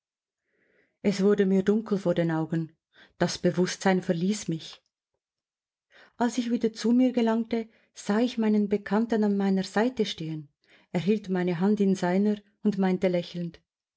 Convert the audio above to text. es wurde mir dunkel vor den augen das bewußtsein verließ mich als ich wieder zu mir gelangte sah ich meinen bekannten an meiner seite stehen er hielt meine hand in seiner und meinte lächelnd